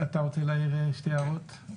שתי הערות: